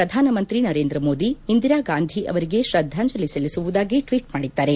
ಪ್ರಧಾನಮಂತ್ರಿ ನರೇಂದ್ರ ಮೋದಿ ಇಂದಿರಾ ಗಾಂಧಿ ಅವರಿಗೆ ಶ್ರದ್ದಾಂಜಲಿ ಸಲ್ಲಿಸುವುದಾಗಿ ಟ್ಲೀಟ್ ಮಾಡಿದ್ದಾರೆ